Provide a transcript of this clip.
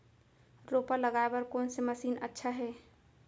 रोपा लगाय बर कोन से मशीन अच्छा हे?